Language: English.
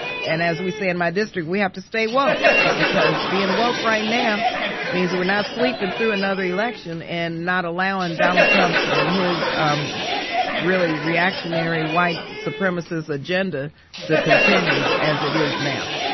and as we say in my district, we have to stay woke because being woke right now means that we're not sleeping through another election and not allowing donald trump and his um really reactionary white supremacist agenda to continue as it is now.